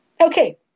Okay